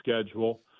schedule